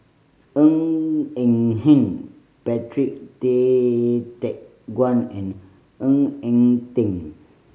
Ng Eng Hen Patrick Tay Teck Guan and Ng Eng Teng